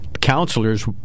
counselors